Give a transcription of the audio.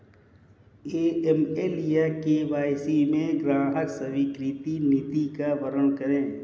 AML या KYC में ग्राहक स्वीकृति नीति का वर्णन करें?